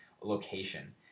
location